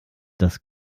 das